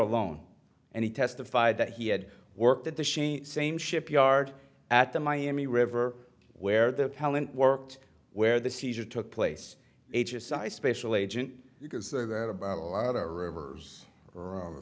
alone and he testified that he had worked at the shale same shipyard at the miami river where the talent worked where the seizure took place his sight special agent you can say that about a lot of rivers around the